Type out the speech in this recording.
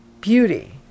beauty